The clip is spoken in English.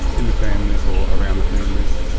in the families or around the families.